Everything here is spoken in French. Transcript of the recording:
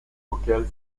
auxquels